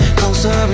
closer